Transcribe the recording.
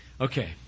Okay